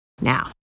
Now